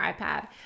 iPad